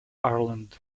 ireland